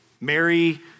Mary